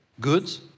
goods